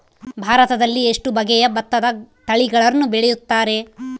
ಭಾರತದಲ್ಲಿ ಎಷ್ಟು ಬಗೆಯ ಭತ್ತದ ತಳಿಗಳನ್ನು ಬೆಳೆಯುತ್ತಾರೆ?